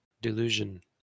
delusion